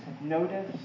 notice